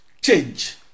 change